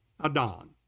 Adon